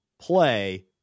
play